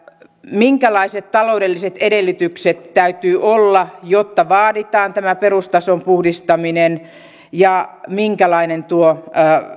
minkälaiset taloudelliset edellytykset täytyy olla jotta vaaditaan tämä perustason puhdistaminen ja minkälainen tuo